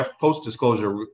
post-disclosure